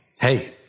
Hey